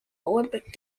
olympic